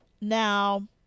Now